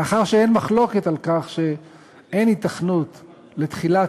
מאחר שאין מחלוקת על כך שאין היתכנות לתחילת